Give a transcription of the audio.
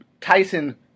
Tyson